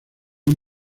han